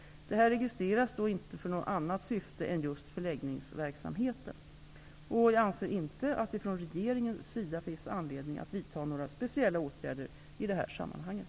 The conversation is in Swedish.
Det här registreras dock inte för något annat syfte än just förläggningsverksamheten. Jag anser inte att det från regeringens sida finns anledning att vidta några speciella åtgärder i det här sammanhanget.